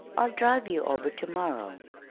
i'll drive you over to-morrow.